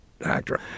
actor